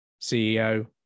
CEO